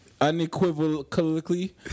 Unequivocally